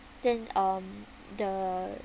then um the